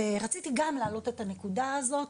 אני רציתי גם להעלות את הנקודה הזו,